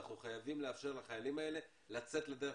אנחנו חייבים לאפשר לחיילים האלה לצאת לדרך